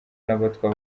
n’abatwa